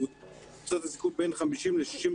בקבוצת הסיכון בין 50 ל-69,